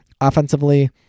Offensively